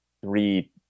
three